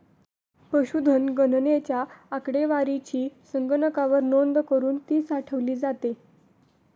पशुधन गणनेच्या आकडेवारीची संगणकावर नोंद करुन ती साठवली जाते